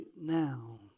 now